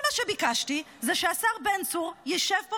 כל מה שביקשתי זה שהשר בן צור ישב פה